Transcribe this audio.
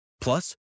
Plus